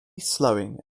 slowing